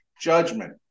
judgment